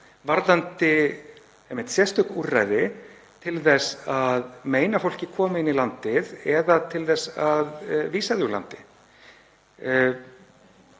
einmitt sérstök úrræði til þess að meina fólki um komu inn í landið eða til þess að vísa því úr landi.